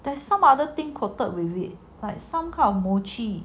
there's some other thing coated with it like some kind of mochi